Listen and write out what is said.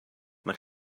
man